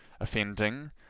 offending